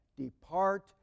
depart